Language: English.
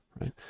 right